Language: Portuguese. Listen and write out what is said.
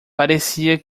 parecia